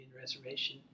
Reservation